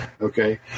okay